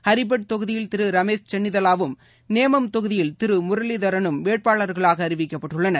ஹரிப்பட் தொகுதியில் திருரமேஷ் சென்னிதாலாவும் நேமம் தொகுதியில் திருமுரளிதரனும் வேட்பாளர்களாகஅறிவிக்கப்பட்டுள்ளனர்